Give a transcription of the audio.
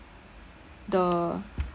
the